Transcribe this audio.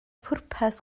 pwrpas